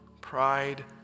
pride